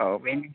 औ बेनो